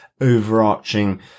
overarching